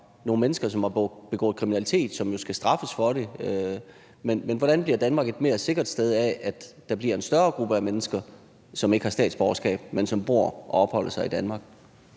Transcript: nogle mennesker, som har begået kriminalitet, og som jo skal straffes for det? Hvordan bliver Danmark et mere sikkert sted af, at der bliver en større gruppe af mennesker, som ikke har statsborgerskab, men som bor og opholder sig i Danmark?